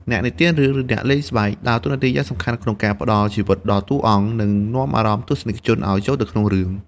អ្នកនិទានរឿង ឬ អ្នកលេងស្បែក ដើរតួនាទីយ៉ាងសំខាន់ក្នុងការផ្តល់ជីវិតដល់តួអង្គ និងនាំអារម្មណ៍ទស្សនិកជនឱ្យចូលទៅក្នុងរឿង។